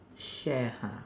share ha